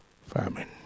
famine